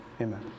Amen